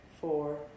four